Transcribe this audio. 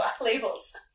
labels